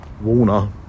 Warner